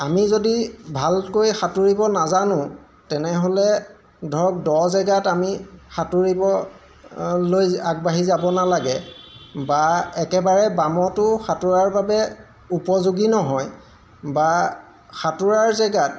আমি যদি ভালকৈ সাঁতুৰিব নাজানো তেনেহ'লে ধৰক দ জেগাত আমি সাঁতুৰিবলৈ আগবাঢ়ি যাব নালাগে বা একেবাৰে বামতো সাঁতোৰাৰ বাবে উপযোগী নহয় বা সাঁতোৰাৰ জেগাত